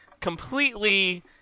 completely